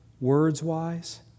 words-wise